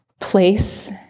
place